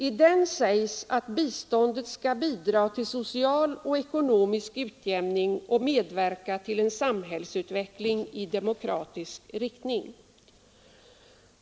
I den sägs att biståndet ”skall bidra till social och ekonomisk utjämning och medverka till en samhällsutveckling i demokratisk riktning”.